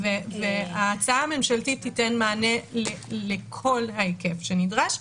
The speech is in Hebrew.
ההצעה הממשלתית תיתן מענה לכל ההיקף שנדרש.